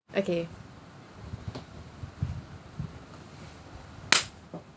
okay